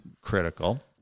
critical